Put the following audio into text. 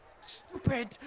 Stupid